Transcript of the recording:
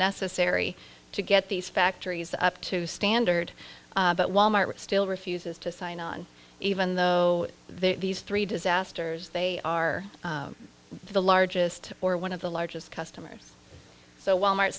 necessary to get these factories up to standard but wal mart still refuses to sign on even though these three disasters they are the largest or one of the largest customers so wal mart